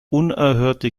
unerhörte